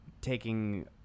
taking